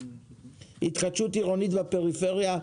הסבה של התחדשות עירונית בפריפריה.